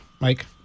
Mike